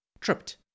tripped